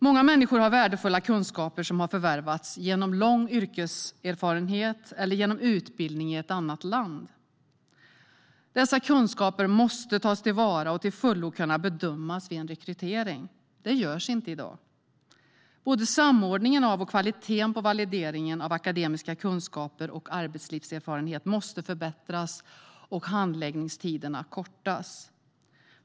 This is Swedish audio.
Många människor har värdefulla kunskaper som har förvärvats genom lång yrkeserfarenhet eller genom utbildning i ett annat land. Dessa kunskaper måste tas till vara och till fullo kunna bedömas vid en rekrytering. Det görs inte i dag. Både samordningen av och kvaliteten på valideringen av akademiska kunskaper och arbetslivserfarenheter måste förbättras och handläggningstiderna kortas.